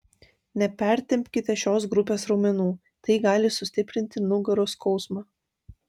nepertempkite šios grupės raumenų tai gali sustiprinti nugaros skausmą